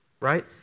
Right